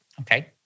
Okay